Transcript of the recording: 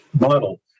model